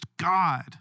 God